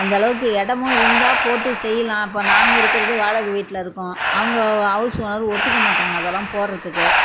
அந்தளவுக்கு இடமும் இருந்தால் போட்டு செய்யலாம் இப்போ நாங்கள் இருக்கிறது வாடகை வீட்டில் இருக்கோம் அவங்க ஹவுஸ் ஓனரு ஒத்துக்கமாட்டாங்க அதெல்லாம் போடுறதுக்கு